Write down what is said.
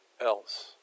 else